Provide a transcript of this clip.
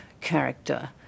character